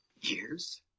Years